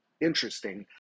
interesting